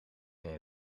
een